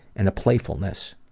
and a playfulness.